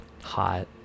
Hot